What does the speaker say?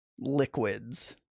liquids